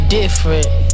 different